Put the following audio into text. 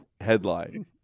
headline